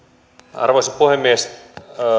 arvoisa puhemies